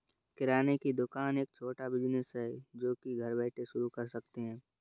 किराने की दुकान एक छोटा बिज़नेस है जो की घर बैठे शुरू कर सकते है